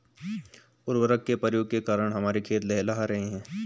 उर्वरक के प्रयोग के कारण हमारे खेत लहलहा रहे हैं